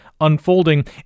unfolding